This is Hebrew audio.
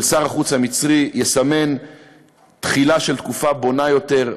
של שר החוץ המצרי יסמן תחילה של תקופה בונה יותר,